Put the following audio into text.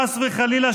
חס וחלילה,